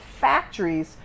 factories